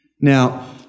Now